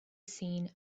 seen